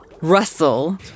Russell